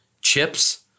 chips